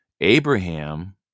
Abraham